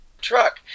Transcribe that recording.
truck